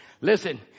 Listen